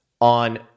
on